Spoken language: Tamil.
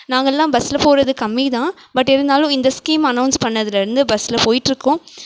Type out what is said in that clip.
நாங்கள்லாம் பஸ்ஸில் போகிறது கம்மி தான் பட் இருந்தாலும் இந்த ஸ்கீம் அனௌஸ் பண்ணதிலருந்து பஸ்ஸில் போய்ட்ருக்கோம்